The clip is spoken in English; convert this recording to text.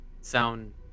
sound